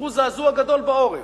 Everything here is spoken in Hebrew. וייצרו זעזוע גדול בעורף,